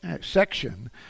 section